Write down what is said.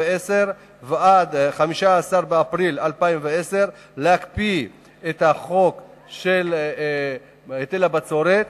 ועד 15 באפריל 2010 להקפיא את חוק היטל הבצורת.